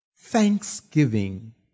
thanksgiving